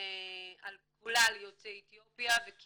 על כלל יוצאי אתיופיה וכי